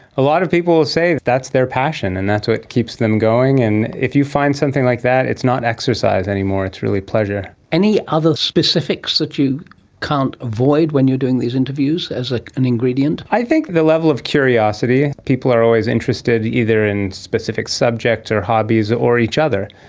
a lot of people will say that that's their passion and that's what keeps them going. and if you find something like that, it's not exercise any more, it's really pleasure. any other specifics that you can't avoid when you're doing these interviews as like an ingredient? i think the level of curiosity. people are always interested, either in specific subjects or hobbies or each other,